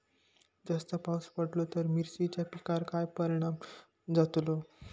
जास्त पाऊस पडलो तर मिरचीच्या पिकार काय परणाम जतालो?